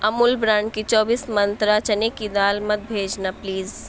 Amul brand کی چوبیس منترا چنے کی دال مت بھیجنا پلیز